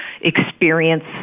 experience